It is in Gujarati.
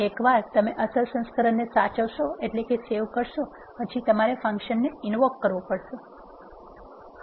એકવાર તમે અસલ સંસ્કરણને સાચવશો પછી તમારે ફંકશનને ઇનવોક કરવુ પડશે એને ઉપયોગ કરવા પહેલાં